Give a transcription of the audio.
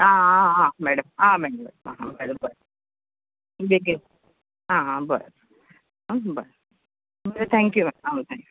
आं आं आं मॅडम आं मॅडम आं मॅडम बरें बेगीन आं बरें बरें बरें थँक्यू मॅडम आं थँक्यू